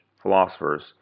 philosophers